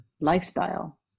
lifestyle